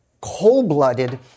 cold-blooded